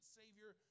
savior